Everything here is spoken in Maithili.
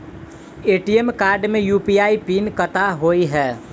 ए.टी.एम कार्ड मे यु.पी.आई पिन कतह होइ है?